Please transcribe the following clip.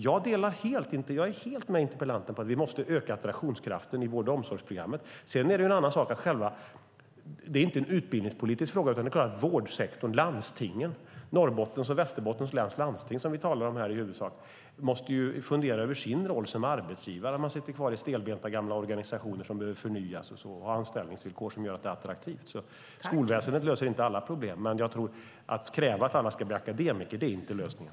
Jag håller helt med interpellanten om att vi måste öka attraktionskraften i vård och omsorgsprogrammet. Det är inte en utbildningspolitisk fråga, utan vårdsektorn, landstingen - Norrbottens och Västerbottens läns landsting som vi i huvudsak talar om - måste fundera över sin roll som arbetsgivare, ifall de sitter kvar i stelbenta gamla organisationer som behöver förnyas, och se till att ha anställningsvillkor som gör yrket attraktivt. Skolväsendet löser inte alla problem, men att kräva att alla ska bli akademiker är inte lösningen.